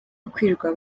ukwirwa